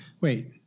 Wait